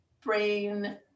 brain